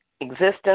existence